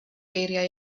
geiriau